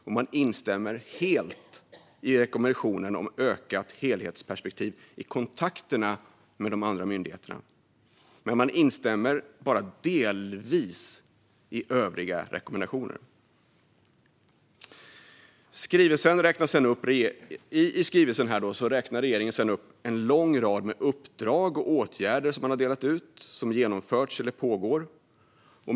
Regeringen instämmer helt i rekommendationen om ökat helhetsperspektiv i kontakterna med de andra myndigheterna men instämmer bara delvis i övriga rekommendationer. I skrivelsen räknar regeringen sedan upp en lång rad uppdrag och åtgärder som har delats ut, genomförts eller pågår.